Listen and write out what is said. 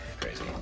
crazy